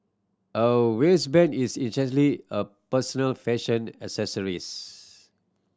a wristband is essentially a personal fashion accessories